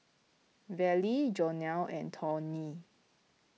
Verlie Jonell and Tawny